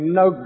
no